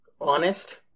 honest